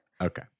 Okay